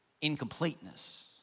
incompleteness